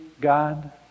God